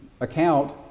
account